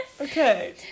okay